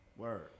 Word